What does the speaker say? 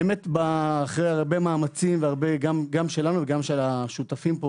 אחרי הרבה מאמצים גם שלנו וגם של השותפים פה